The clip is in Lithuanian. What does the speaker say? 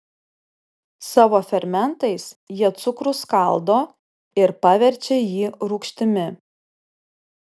savo fermentais jie cukrų skaldo ir paverčia jį rūgštimi